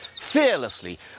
fearlessly